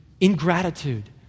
ingratitude